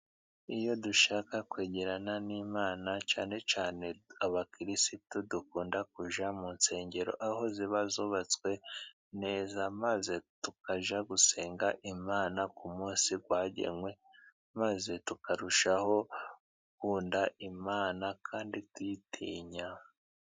Iyo dushaka kwegerana n'Imana cyane cyane abakirisitu, dukunda kujya mu nsengero. Aho ziba zubatswe neza, maze tukajya gusenga Imana ku munsi wagenwe, maze tukarushaho gukunda Imana kandi tuyitinya.